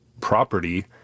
property